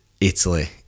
Italy